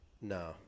No